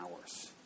hours